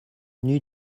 new